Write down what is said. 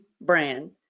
brand